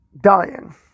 dying